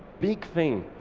big thing,